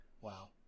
Wow